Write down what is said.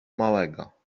małego